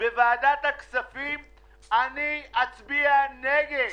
בוועדת הכספים אני אצביע נגד.